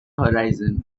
horizon